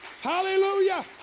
hallelujah